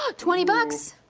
ah twenty bucks.